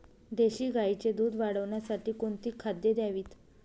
देशी गाईचे दूध वाढवण्यासाठी कोणती खाद्ये द्यावीत?